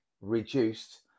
reduced